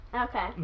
Okay